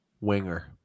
Winger